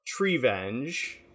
Treevenge